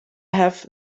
have